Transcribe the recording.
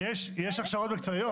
יש הכשרות מקצועיות.